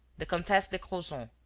the comtesse de crozon,